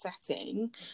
setting